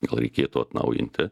gal reikėtų atnaujinti